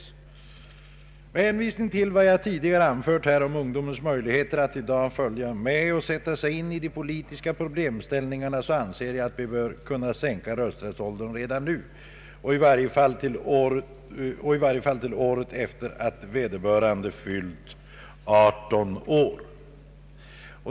Med hänvisning till vad jag tidigare anfört om ungdomens möjligheter att i dag följa med och sätta sig in i de politiska problemställningarna anser jag att vi bör kunna sänka rösträttsåldern redan nu, i varje fall till året efter det att vederbörande fyllt 18 år.